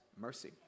mercy